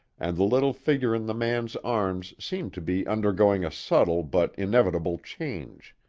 and the little figure in the man's arms seemed to be undergoing a subtle but inevitable change.